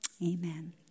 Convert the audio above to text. amen